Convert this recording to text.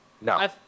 No